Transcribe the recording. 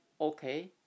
okay